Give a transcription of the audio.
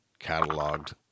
cataloged